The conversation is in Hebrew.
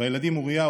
והילדים אוריה,